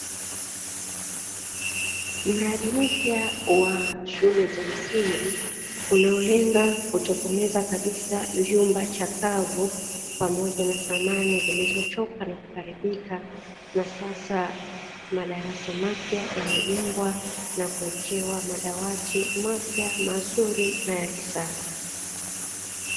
Mradi mpya wa shule za msingi, unaolenga kutokomeza kabisa vyumba chakavu pamoja na samani zilizochoka na kuharibika, na sasa madarasa mapya yamejengwa na kuwekewa madawati mapya mazuri na ya kisasa.